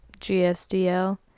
gsdl